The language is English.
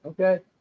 okay